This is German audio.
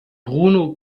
bruno